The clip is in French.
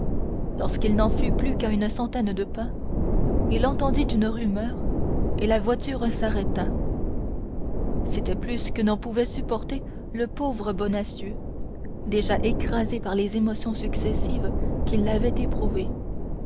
lorsqu'il n'en fut plus qu'à une vingtaine de pas il entendit une rumeur et la voiture s'arrêta c'était plus que n'en pouvait supporter le pauvre bonacieux déjà écrasé par les émotions successives qu'il avait éprouvées